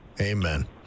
Amen